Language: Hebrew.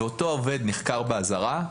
ואותו עובד נחקר באזהרה,